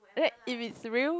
then if it's real